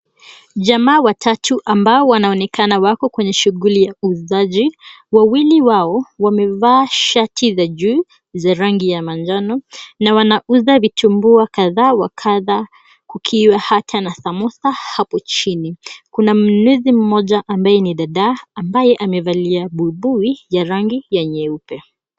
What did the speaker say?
Jamaa watatu ambao wanaonekana wako kwenye shuguli ya uuzaji. Wawili wao wamevaa shati za juu za rangi ya manjano na wanauza vitumbua kadha wa kadha kukiwa hata na samosa hapo chini. Kuna mnunuzi mmoja ambaye ni dada ambaye amevalia buibui ya rangi ya nyeupe.